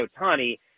Otani